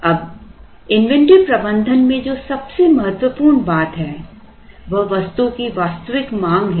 अब इन्वेंट्री प्रबंधन में जो सबसे महत्वपूर्ण बात है वह वस्तु की वास्तविक मांग है